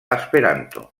esperanto